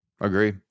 agree